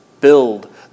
build